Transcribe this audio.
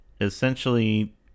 essentially